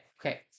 Okay